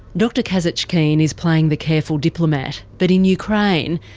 dr kazatchkine is playing the careful diplomat, but in ukraine,